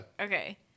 okay